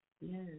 Yes